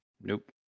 Nope